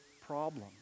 problem